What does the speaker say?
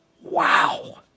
Wow